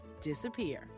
disappear